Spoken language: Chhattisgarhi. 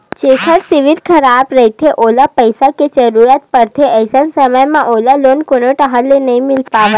जेखर सिविल खराब रहिथे ओला पइसा के जरूरत परथे, अइसन समे म ओला लोन कोनो डाहर ले नइ मिले पावय